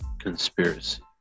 conspiracy